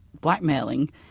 blackmailing